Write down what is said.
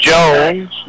Jones